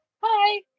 Hi